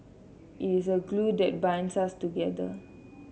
it is a glue that binds us together